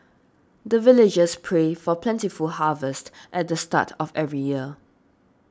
the villagers pray for plentiful harvest at the start of every year